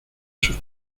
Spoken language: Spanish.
sus